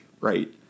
Right